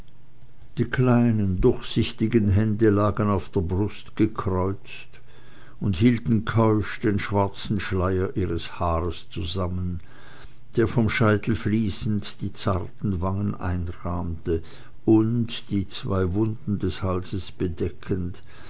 die kleinen durchsichtigen hände lagen auf der brust gekreuzt und hielten keusch den schwarzen schleier ihres haares zusammen der vom scheitel fließend die zarten wangen einrahmte und die zwei wunden des halses bedeckend